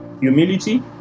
Humility